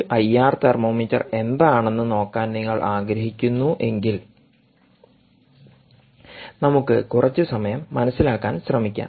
ഒരു IR thermometer എന്താണെന്ന് നോക്കാൻ നിങ്ങൾ ആഗ്രഹിക്കുന്നു എങ്കിൽ നമുക്ക് കുറച്ച് സമയം മനസിലാക്കാൻ ശ്രമിക്കാം